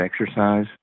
exercise